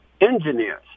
engineers